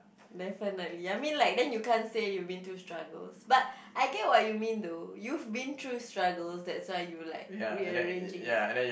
definitely I mean like then you can't say you been through struggles but I get what you mean though you've been through struggles that's why you like rearranging it